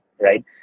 right